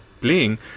playing